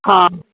हा